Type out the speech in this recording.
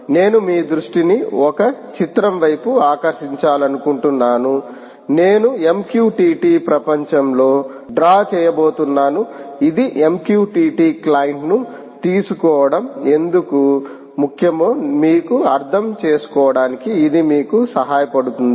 నేను మీ దృష్టిని ఒక చిత్రం వైపు ఆకర్షించాలనుకుంటున్నాను నేను MQTT ప్రపంచంలో డ్రా చేయబోతున్నాను ఇది MQTT క్లయింట్ను తీసుకోవడం ఎందుకు ముఖ్యమో మీకు అర్థం చేసుకోవడానికి ఇది మీకు సహాయపడుతుంది